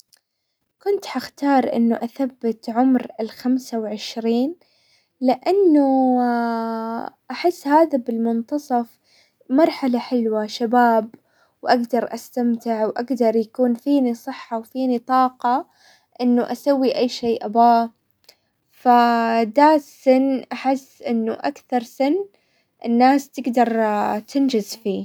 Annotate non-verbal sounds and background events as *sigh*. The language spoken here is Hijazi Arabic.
كنت حختار انه اثبت عمر الخمسة وعشرين لانه *hesitation* احس هذا بالمنتصف، مرحلة حلوة، شباب واقدر استمتع واقدر يكون فيني صحة وفيني طاقة انه اسوي اي شي ابغاه، فدا السن احس انه اكثر سن الناس تقدر *hesitation* تنجز فيه.